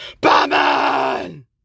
Batman